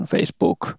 Facebook